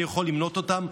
אני יכול למנות אותן,